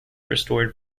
restored